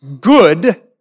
good